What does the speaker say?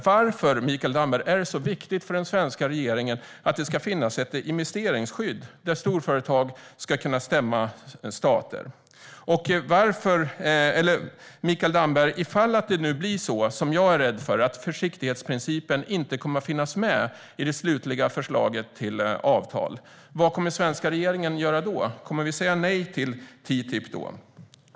Varför är det så viktigt för den svenska regeringen att det ska finnas ett investeringsskydd så att storföretag ska kunna stämma stater? Vad kommer den svenska regeringen att göra om det nu blir så, vilket jag är rädd för, att försiktighetsprincipen inte kommer att finnas med i det slutliga förslaget till avtal? Kommer vi att säga nej till TTIP då?